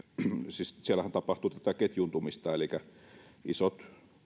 siis siellähän tapahtuu ketjuuntumista elikkä isot